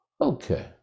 Okay